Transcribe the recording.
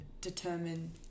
determine